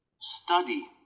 study